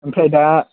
ओमफ्राय दा